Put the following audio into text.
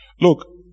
Look